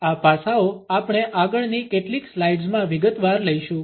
આ પાસાઓ આપણે આગળની કેટલીક સ્લાઈડ્સમાં વિગતવાર લઈશું